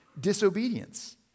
disobedience